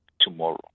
tomorrow